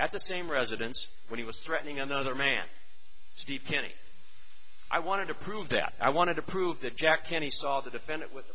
at the same residence when he was threatening another man steve canning i wanted to prove that i wanted to prove that jack kenny saw the defendant with